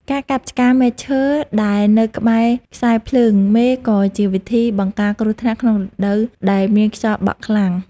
ការកាប់ឆ្ការមែកឈើដែលនៅក្បែរខ្សែភ្លើងមេក៏ជាវិធីបង្ការគ្រោះថ្នាក់ក្នុងរដូវដែលមានខ្យល់បក់ខ្លាំង។